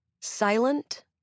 silent